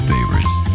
Favorites